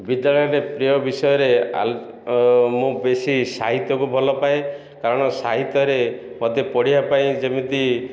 ବିଦ୍ୟାଳୟରେ ପ୍ରିୟ ବିଷୟରେ ମୁଁ ବେଶୀ ସାହିତ୍ୟକୁ ଭଲ ପାଏ କାରଣ ସାହିତ୍ୟରେ ମୋତେ ପଢ଼ିବା ପାଇଁ ଯେମିତି